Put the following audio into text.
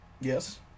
Yes